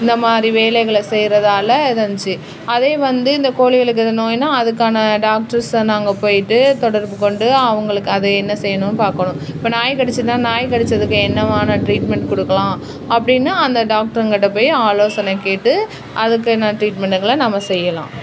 இந்த மாதிரி வேலைகளை செய்யறதால இது இருந்துச்சி அதே வந்து இந்த கோழிகளுக்கு இது நோய்னால் அதுக்கான டாக்டர்ஸை நாங்கள் போயிட்டு தொடர்பு கொண்டு அவங்களுக்கு அதை என்ன செய்யணுன்னு பார்க்கணும் இப்போ நாய் கடிச்சுதுன்னா நாய் கடித்ததுக்கு என்னமான ட்ரீட்மெண்ட் கொடுக்கலாம் அப்படின்னு அந்த டாக்டருங்கிட்ட போய் ஆலோசனைக் கேட்டு அதுக்கு என்ன ட்ரீட்மென்ட்டுங்களை நம்ம செய்யலாம்